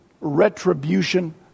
retribution